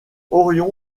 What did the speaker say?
orion